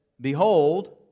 behold